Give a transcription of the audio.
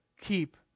keep